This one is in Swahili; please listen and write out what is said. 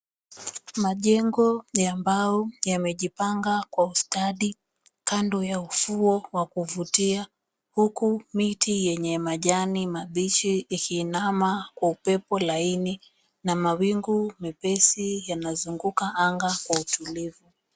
Majengo ya mbao yamejipanga kwa ustadi kando ya ufuo wa kuvutia , huku miti yenye majani mabichi ikiinama kwa upepo laini na mawingu mepesi yanazunguka anga kwa utulivu.